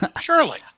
Surely